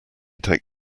take